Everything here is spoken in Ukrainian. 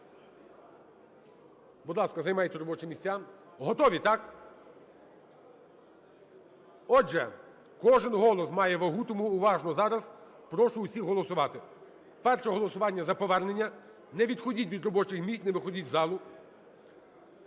Будь ласка, займайте робочі місця. Готові, так? Отже, кожен голос має вагу, тому уважно зараз прошу всіх голосувати. Перше голосування за повернення. Не відходіть від робочих місць, не виходіть з залу.